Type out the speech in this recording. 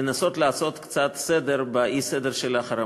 לנסות לעשות קצת סדר באי-סדר של החרמות.